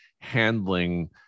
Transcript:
handling